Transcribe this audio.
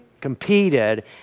competed